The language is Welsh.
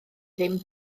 ddim